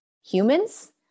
humans